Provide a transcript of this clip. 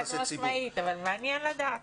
חד משמעית, אבל מעניין לדעת.